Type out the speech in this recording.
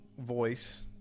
voice